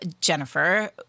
Jennifer